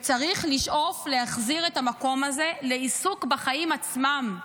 צריך לשאוף להחזיר את המקום הזה לעיסוק בחיים עצמם,